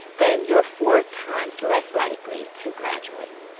then you're four times less likely to graduate.